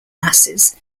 masses